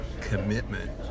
commitment